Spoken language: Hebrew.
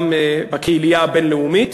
גם בקהילייה הבין-לאומית,